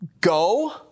Go